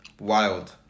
Wild